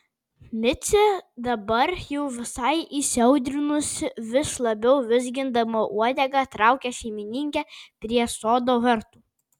micė dabar jau visai įsiaudrinusi vis labiau vizgindama uodegą traukia šeimininkę prie sodo vartų